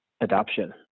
adoption